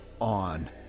on